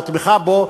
או תמיכה בו,